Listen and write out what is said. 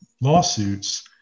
lawsuits